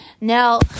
now